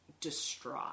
distraught